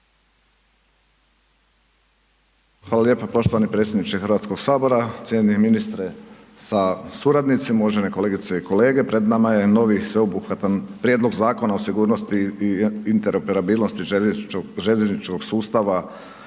Hvala lijepo poštovani predsjedniče Hrvatskog sabora, cijenjeni ministre sa suradnicima, uvažene kolegice i kolege, pred nama je novi sveobuhvatan Prijedlog Zakona o sigurnosti i interoperabilnosti željezničkog sustava u prvom